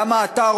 למה אתה,